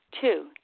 Two